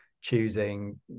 choosing